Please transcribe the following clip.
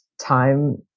time